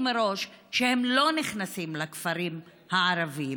מראש שהן לא נכנסות לכפרים הערביים?